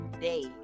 day